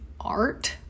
art